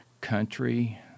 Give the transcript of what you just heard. country